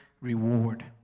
reward